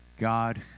God